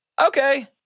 Okay